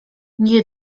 nie